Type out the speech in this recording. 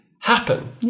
happen